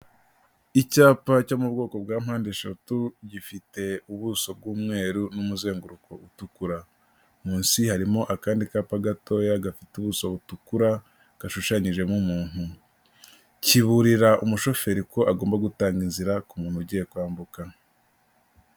Icyapa cyo mu bwoko bwa mpandeshatu, gifite ubuso bw'umweru n'umuzenguruko utukura, munsi harimo akandi kapa gatoya gafite ubuso butukura gashushanyijemo umuntu, kiburira umushoferi ko agomba gutanga inzira ku muntu ugiye kwambuka.